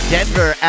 Denver